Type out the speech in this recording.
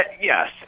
Yes